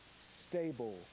stable